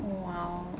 !wow!